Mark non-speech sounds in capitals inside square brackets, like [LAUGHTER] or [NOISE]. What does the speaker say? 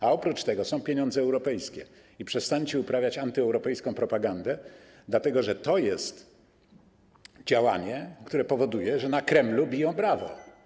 A oprócz tego są pieniądze europejskie i przestańcie uprawiać antyeuropejską propagandę, dlatego że to jest działanie, które powoduje, [NOISE] że na Kremlu biją brawo.